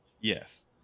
yes